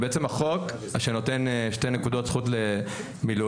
בעצם החוק אשר נותן שתי נקודות זכות למילואימניק,